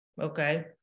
Okay